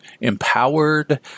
empowered